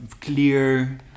clear